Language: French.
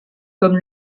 comme